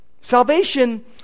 Salvation